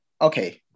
okay